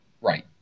Right